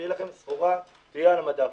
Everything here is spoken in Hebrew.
שתהיה לכם סחורה טרייה על המדף.